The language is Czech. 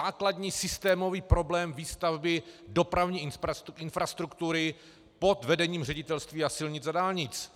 To je základní systémový problém výstavby dopravní infrastruktury pod vedením Ředitelství silnic a dálnic.